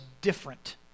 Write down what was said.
different